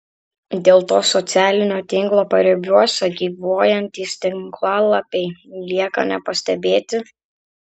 dėl to socialinio tinklo paribiuose gyvuojantys tinklalapiai lieka nepastebėti